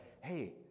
hey